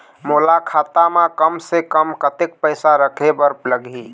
मोला खाता म कम से कम कतेक पैसा रखे बर लगही?